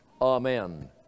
Amen